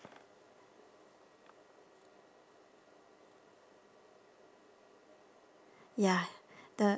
ya the